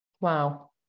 Wow